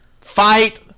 Fight